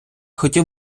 хотів